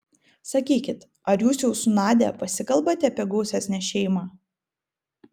sakykit ar jūs jau su nadia pasikalbate apie gausesnę šeimą